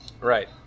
Right